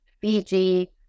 Fiji